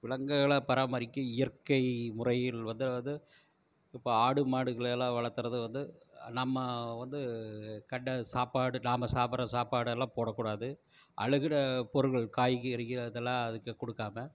விலங்குகளை பராமரிக்க இயற்கை முறையில் வந்தால் அது இப்போப ஆடு மாடுகளயெல்லாம் வளர்த்துறது வந்து நம்ம வந்து கண்ட சாப்பாடு நாம் சாப்புடுற சாப்பாடெல்லாம் போடக்கூடாது அழுகின பொருள்கள் காய்கறிகள் அதெல்லாம் அதுக்கு கொடுக்காம